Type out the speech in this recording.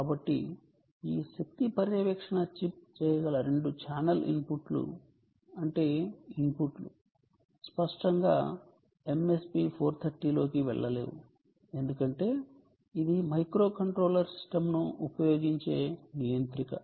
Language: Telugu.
కాబట్టి ఈ శక్తి పర్యవేక్షణ చిప్ చేయగల రెండు ఛానల్ ఇన్పుట్లు అంటే ఇన్పుట్లు స్పష్టంగా MSP 430 లోకి వెళ్ళలేవు ఎందుకంటే ఇది మైక్రోకంట్రోలర్ సిస్టమ్ను ఉపయోగించే నియంత్రిక